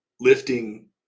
lifting